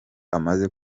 amaze